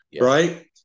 right